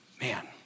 Man